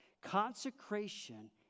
Consecration